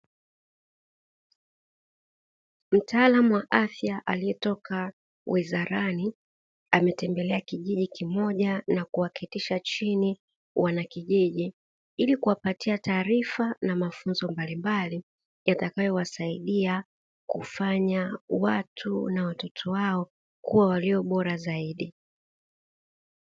Mtaalamu wa afya aliyetoka wizarani, ametembelea kijiji kimoja na kuwaketisha chini wanakijiji ili kuwapatia taarifa na mafunzo mbalimbali, yatakayowasaidia kufanya watu na watoto wao kuwa walio bora zaidi.